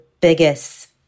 biggest